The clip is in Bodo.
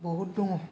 बहुद दङ